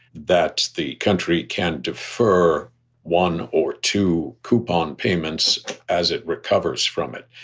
that the country can defer one or two coupon payments as it recovers from it.